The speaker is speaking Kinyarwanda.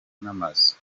n’amazu